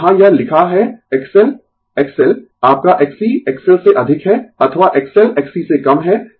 तो यहाँ यह लिखा है XL XL आपका Xc XL से अधिक है अथवा XL Xc से कम है